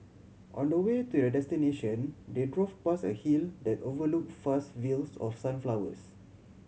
on the way to their destination they drove past a hill that overlook fast fields of sunflowers